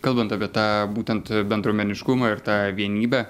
kalbant apie tą būtent bendruomeniškumą ir tą vienybę